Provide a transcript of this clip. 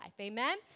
amen